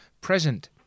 present